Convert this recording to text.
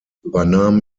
übernahm